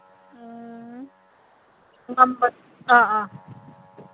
ꯎꯝ ꯑꯥ ꯑꯥ